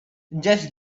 just